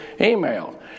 email